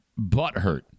butthurt